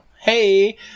hey